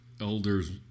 Elders